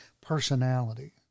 personality